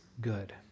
good